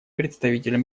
представитель